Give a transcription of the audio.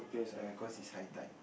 ya cause it's high tide